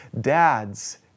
Dads